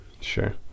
Sure